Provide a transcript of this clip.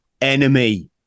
enemy